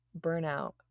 burnout